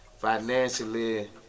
Financially